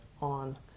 on